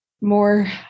more